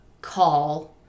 call